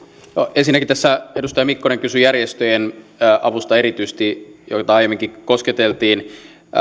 ensinnäkin edustaja mikkonen kysyi järjestöjen avusta erityisesti joita aiemminkin kosketeltiin